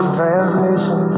transmission